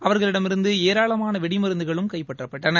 அவர்களிடமிருந்து ஏராளமான வெடிமருந்துகளும் கைப்பற்றபட்டன